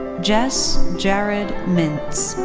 jess jarrod mints.